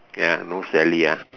ya no Sally ah